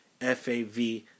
FAV